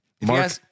Mark